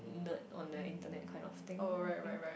nerd on the internet kind of thing ah I think